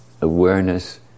Awareness